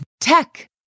Tech